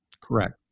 Correct